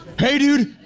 hey, dude,